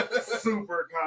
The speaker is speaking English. Super